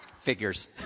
figures